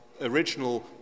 original